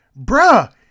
Bruh